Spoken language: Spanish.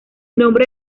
nombre